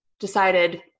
decided